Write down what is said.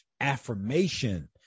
affirmation